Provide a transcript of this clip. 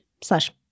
slash